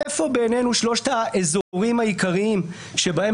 איפה בעינינו שלושת האזורים העיקריים שבהם